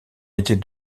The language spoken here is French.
était